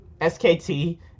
SKT